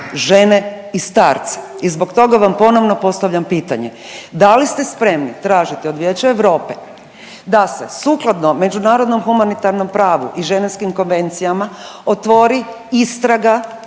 žene i starce i zbog toga vam ponovno postavljam pitanje. Da li ste spremni tražiti od Vijeća Europe da se sukladno međunarodnom humanitarnom pravu i ženevskim konvencijama otvori istraga